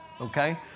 Okay